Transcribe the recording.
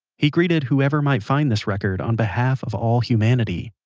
he greeted whoever might find this record on behalf of all humanity.